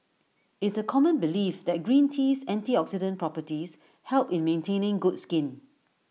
it's A common belief that green tea's antioxidant properties help in maintaining good skin